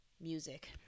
music